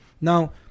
Now